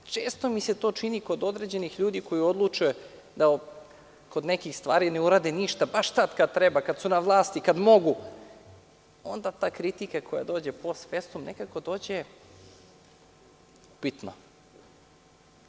Često mi se to čini kod određenih ljudi, koji odluče da kod nekih stvari ne urade ništa, baš tad kad treba, kad su na vlasti, kad mogu, onda ta kritika koja dođe post festum nekako dođe upitno.